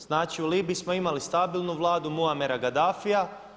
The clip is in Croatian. Znači u Libiji smo imali stabilnu Vladu Muammar al-Gadafia.